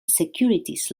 securities